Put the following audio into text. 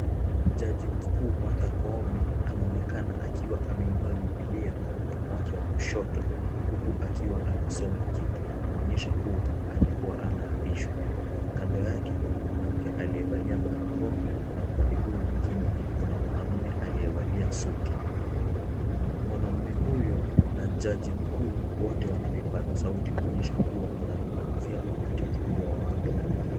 Jaji mkuu Martha Koome anaonekana akiwa ameinua biblia kwa mkono wake wa kushoto huku akiwa anasoma kitu kuonyesha kuwa alikua anaapishwa. Kando yake kuna mwanamke aliyevalia barakoa na upande huo mwingine kuna mwanaume aliyevalia suti. Mwanaume huyo na jaji mkuu wote wana vipaza sauti kuonyesha kuwa wanazungumzia umati mkubwa wa watu.